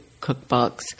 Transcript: cookbooks